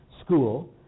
school